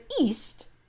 east